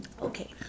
Okay